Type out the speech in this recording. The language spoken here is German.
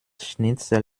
schnitzel